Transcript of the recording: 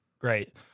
Great